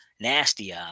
nasty